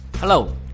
Hello